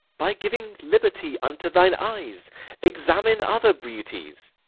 by giving liberty unto thine eyes examine other beauties.